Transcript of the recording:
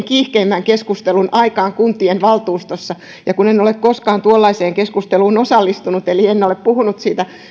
kiihkeimmän keskustelun aikaan kuntien valtuustoissa ja kun en ole koskaan tuollaiseen keskusteluun osallistunut eli en ole puhunut